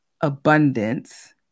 abundance